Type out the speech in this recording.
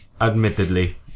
admittedly